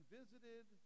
visited